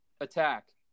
attack